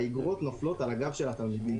והאגרות נופלות על הגב של התלמיד.